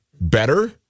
better